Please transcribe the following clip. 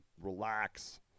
relax